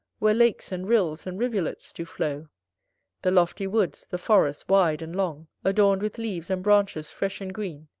where lakes, and rills, and rivulets do flow the lofty woods, the forests wide and long, adorned with leaves and branches fresh and green,